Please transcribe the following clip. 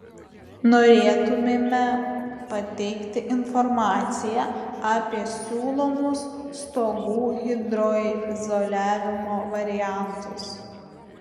norėtumėme pateikti informaciją apie siūlomus stogų hidroizoliavimo variantus